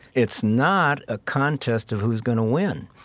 it's not a contest of who's going to win.